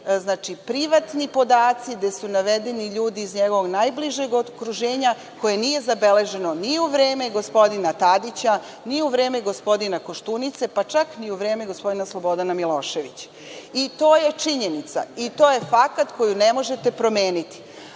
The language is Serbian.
navedeni privatni podaci, gde su navedeni ljudi iz njegovog najbližeg okruženja koje nije zabeleženo ni u vreme gospodina Tadića, ni u vreme gospodina Koštunice, pa čak ni u vreme gospodina Slobodana Miloševića. To je činjenica i fakat koji ne možete promeniti.